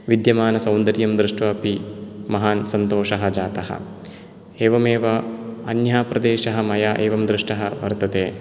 विद्यमानसौन्दर्यं दृष्ट्वा अपि महान् सन्तोषः जातः एवमेव अन्यः प्रदेशः मया एवं दृष्टः वर्तते